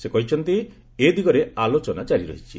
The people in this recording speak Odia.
ସେ କହିଛନ୍ତି ଏ ଦିଗରେ ଆଲୋଚନା ଜାରି ରହିଛି